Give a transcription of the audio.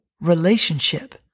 relationship